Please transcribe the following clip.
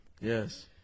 Yes